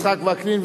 יצחק וקנין,